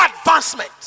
advancement